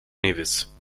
nevis